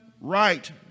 right